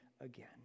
again